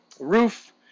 roof